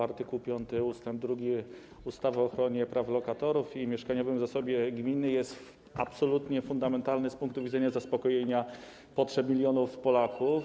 Art. 5 ust. 2 ustawy o ochronie praw lokatorów i mieszkaniowym zasobie gminy jest absolutnie fundamentalny z punktu widzenia zaspokojenia potrzeb milionów Polaków.